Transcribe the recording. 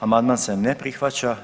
Amandman se ne prihvaća.